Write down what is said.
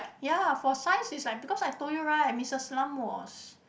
ya for science is like because I told you right Missus Lam was